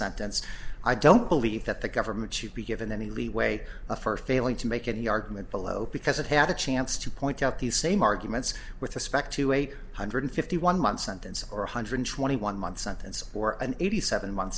sentence i don't believe that the government should be given any leeway for failing to make any argument below because it had a chance to point out the same arguments with respect to eight hundred fifty one month sentence or one hundred twenty one month sentence for an eighty seven month